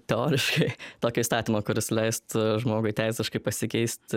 teoriškai tokio įstatymo kuris leistų žmogui teisiškai pasikeisti